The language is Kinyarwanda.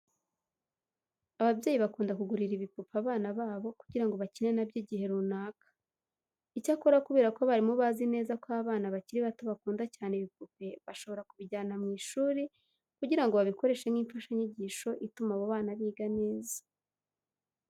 Ababyeyi bakunda kugurira ibipupe abana babo kugira ngo bakine na byo igihe runaka. Icyakora kubera ko abarimu bazi neza ko abana bakiri bato bakunda cyane ibipupe bashobora kubijyana mu ishuri kugira ngo babikoreshe nk'imfashanyigisho ituma abo bana biga neza.